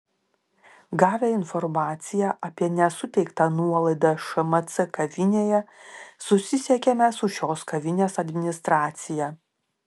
gavę informaciją apie nesuteiktą nuolaidą šmc kavinėje susisiekėme su šios kavinės administracija